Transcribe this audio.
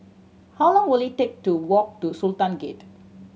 how long will it take to walk to Sultan Gate